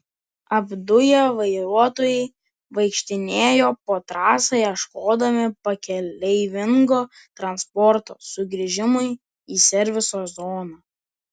apduję vairuotojai vaikštinėjo po trasą ieškodami pakeleivingo transporto sugrįžimui į serviso zoną